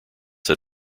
that